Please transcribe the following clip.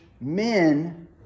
men